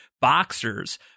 boxers